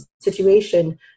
situation